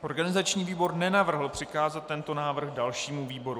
Organizační výbor nenavrhl přikázat tento návrh dalšímu výboru.